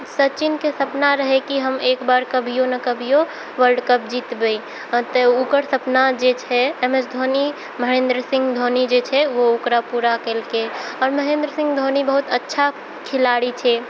सचिनके सपना रहै कि हम एक बार कभिओ नहि कभिओ वर्ल्ड कप जितबै तऽ ओकर सपना जेछै एम एस धोनी महेन्द्र सिंह धोनी जे छै ओ ओकरा पूरा केलके आओर महेन्द्र सिंह धोनी बहुत अच्छा खिलाड़ी छै